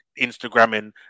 Instagramming